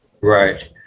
right